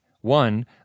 One